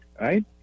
right